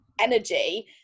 energy